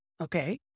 Okay